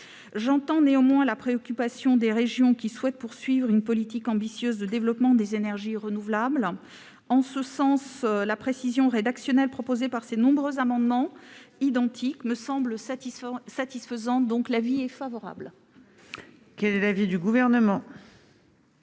J'entends néanmoins la préoccupation des régions qui souhaitent poursuivre une politique ambitieuse de développement des énergies renouvelables. La précision rédactionnelle que tendent à introduire ces amendements identiques me semble satisfaisante. J'émets donc un avis favorable. Quel est l'avis du Gouvernement ?